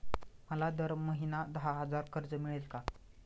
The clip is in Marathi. मला दर महिना दहा हजार कर्ज मिळेल का?